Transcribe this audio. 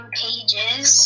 pages